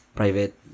private